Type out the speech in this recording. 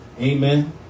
Amen